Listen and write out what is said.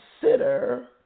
consider